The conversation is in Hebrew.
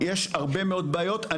יש הרבה מאוד בעיות.